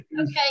Okay